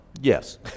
yes